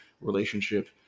relationship